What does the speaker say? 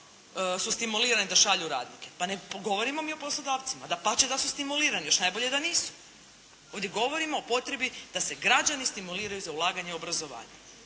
su stimulirani da šalju radnike. Pa ne govorimo mi o poslodavcima. Dapače da su stimulirani, još najbolje da nisu. Ovdje govorimo o potrebi da se građani stimuliraju za ulaganje obrazovanja.